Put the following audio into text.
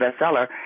bestseller